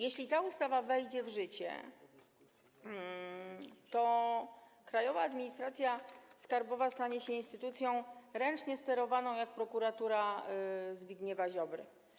Jeśli ta ustawa wejdzie w życie, to Krajowa Administracja Skarbowa stanie się instytucją ręcznie sterowaną jak prokuratura Zbigniewa Ziobry.